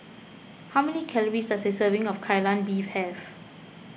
how many calories does a serving of Kai Lan Beef have